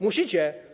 Musicie.